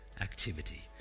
activity